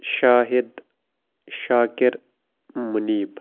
Shahid Shakir Munib